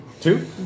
Two